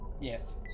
Yes